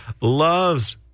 loves